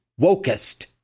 wokest